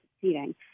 seating